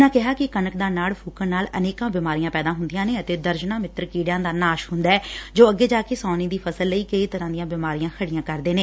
ਉਨ੍ਹਾਂ ਕਿਹਾ ਕਿ ਕਣਕ ਦਾ ਨਾੜ ਫੂਕਣ ਨਾਲ ਅਨੇਕਾਂ ਬਿਮਾਰੀਆਂ ਪੈਦਾ ਹੁੰਦੀਆਂ ਨੇ ਅਤੇ ਦਰਜਨਾਂ ਮਿੱਤਰ ਕੀੜਿਆਂ ਦਾ ਨਾਸ਼ ਹੂੰਦੈ ਜੋ ਅੱਗੇ ਜਾਕੇ ਸਾਊਣੀ ਦੀ ਫ਼ਸਲ ਲਈ ਕਈ ਤਰੂਾਂ ਦੀਆਂ ਤਕਲੀਫ਼ਾਂ ਖੜੀਆਂ ਕਰਦੇ ਨੇ